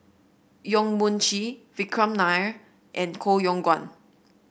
Yong Mun Chee Vikram Nair and Koh Yong Guan